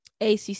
ACC